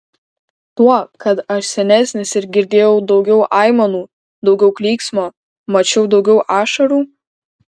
tuo kad aš senesnis ir girdėjau daugiau aimanų daugiau klyksmo mačiau daugiau ašarų